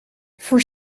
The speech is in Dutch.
voor